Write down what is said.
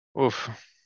Oof